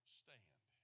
stand